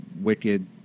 wicked